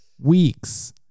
weeks